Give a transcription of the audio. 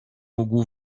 mógł